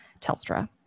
Telstra